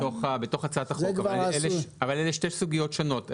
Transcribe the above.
אבל אלה שתי סוגיות שונות.